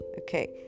okay